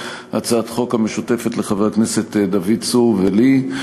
הצעת חוק משותפת לחבר הכנסת דוד צור ולי.